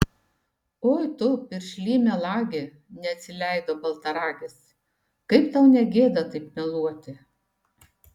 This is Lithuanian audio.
oi tu piršly melagi neatsileido baltaragis kaip tau ne gėda taip meluoti